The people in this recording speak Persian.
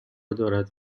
دارد